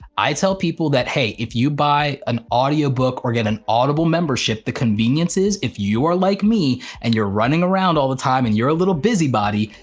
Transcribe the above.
i tell people that, hey, if you buy an audio book or get an audible membership, the convenience is if you're like me and you're running around all the time and you're a little busy body,